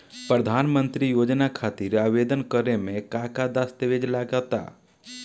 प्रधानमंत्री योजना खातिर आवेदन करे मे का का दस्तावेजऽ लगा ता?